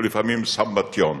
ולפעמים סמבטיון.